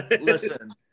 Listen